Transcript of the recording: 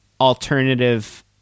alternative